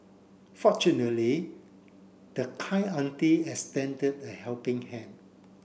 fortunately the kind auntie extended a helping hand